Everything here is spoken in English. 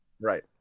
right